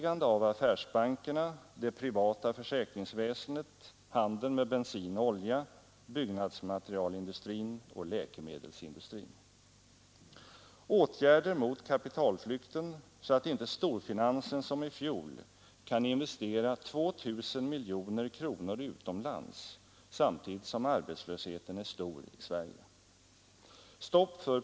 Åtgärder mot kapitalflykten så att inte storfinansen som i fjol kan investera 2 000 miljoner kronor utomlands samtidigt som arbetslösheten är stor i Sverige.